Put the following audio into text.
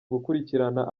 gukurikirana